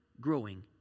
Growing